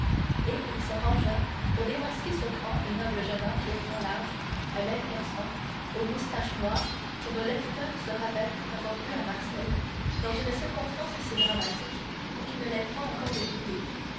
et il se rangea pour démasquer ce grand et noble jeune homme au front large à l'oeil perçant aux moustaches noires que nos lecteurs se rappellent avoir vu à marseille dans une circonstance assez dramatique pour qu'ils ne l'aient point encore oublié